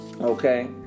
okay